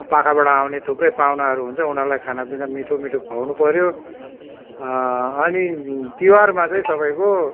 पाखाबाट आउने थुप्रै पाहुनाहरू हुन्छ उनीहरूलाई खाना पिना मिठो मिठो खुवाउनु पऱ्यो अनि तिहारमा चाहिँ तपाईँको